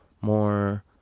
more